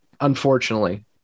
Unfortunately